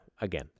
again